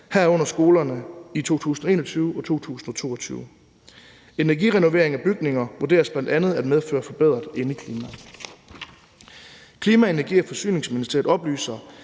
herunder skolerne, i 2021 og 2022. Energirenovering af bygninger vurderes bl.a. at medføre forbedret indeklima. Klima-, Energi- og Forsyningsministeriet oplyser,